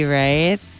right